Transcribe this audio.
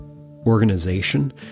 organization